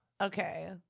Okay